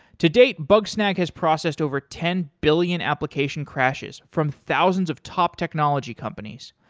to-date, bugsnag has processed over ten billion application crashes from thousands of top technology companies.